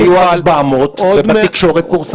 שהיא בהתייחס ל-14 ימים אחורה,